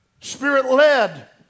spirit-led